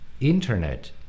Internet